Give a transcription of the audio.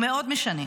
הוא מאוד משנה.